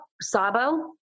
sabo